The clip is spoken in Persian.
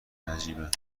نجیبن